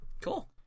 Cool